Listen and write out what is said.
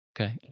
Okay